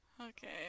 Okay